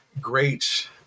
great